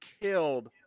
killed